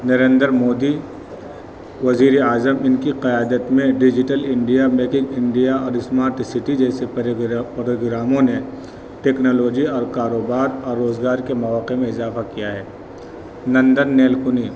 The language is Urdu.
نرندر مودی وزیر اعظم ان کی قیادت میں ڈیجیٹل انڈیا بیکنگ انڈیا اور اسمارٹ سٹی جیسے پروگراموں نے ٹیکنالوجی اور کاروبار اور روزگار کے مواقع میں اضافہ کیا ہے نندن نیلکنی